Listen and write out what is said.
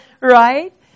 Right